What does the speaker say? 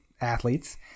athletes